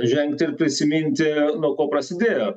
žengti ir prisiminti nuo ko prasidėjo